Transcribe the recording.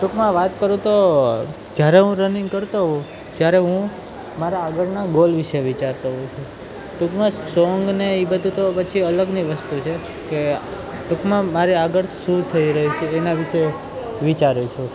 ટુૂંકમાં વાત કરું તો જ્યારે હું રનિંગ કરતો હોઉં જ્યારે હું મારા આગળના ગોલ વિશે વિચારતો હોઉં છું ટુંકમાં સોંગ ને એ બધું પછી અલગની વસ્તુ છે જે ટૂંકમાં મારા આગળ શું થઈ રહ્યું છે એના વિશે વિચારું છું